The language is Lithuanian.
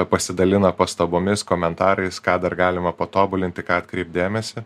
pasidalina pastabomis komentarais ką dar galima patobulint į ką atkreipt dėmesį